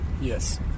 Yes